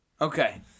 Okay